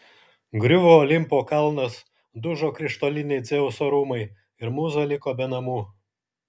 griuvo olimpo kalnas dužo krištoliniai dzeuso rūmai ir mūza liko be namų